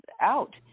out